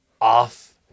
off